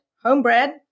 homebred